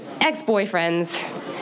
ex-boyfriends